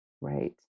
Right